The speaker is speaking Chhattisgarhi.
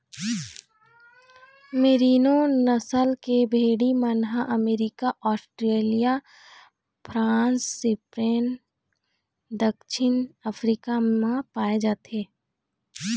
मेरिनों नसल के भेड़ी मन ह अमरिका, आस्ट्रेलिया, फ्रांस, स्पेन, दक्छिन अफ्रीका म पाए जाथे